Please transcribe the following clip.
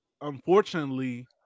unfortunately